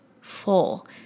full